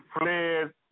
fled